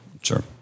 Sure